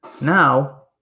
Now